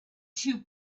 two